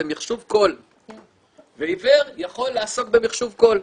מחשוב קול ועיוור יכול לעסוק במחשוב קול.